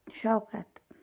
Shaukat